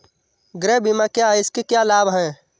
गृह बीमा क्या है इसके क्या लाभ हैं?